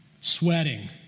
sweating